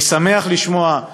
אני שמח לשמוע,